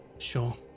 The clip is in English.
Sure